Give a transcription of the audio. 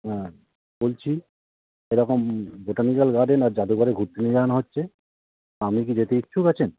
হ্যাঁ বলছি এরকম বোটানিক্যাল গার্ডেন আর জাদুঘরে ঘুরতে নিয়ে যাওয়ানো হচ্ছে আপনি কি যেতে ইচ্ছুক আছেন